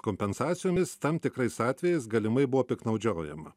kompensacijomis tam tikrais atvejais galimai buvo piktnaudžiaujama